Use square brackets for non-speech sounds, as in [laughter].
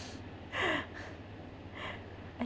[laughs] I